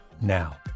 now